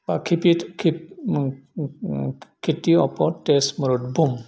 बाखि पिट किट केटि अपर टेस भरट बम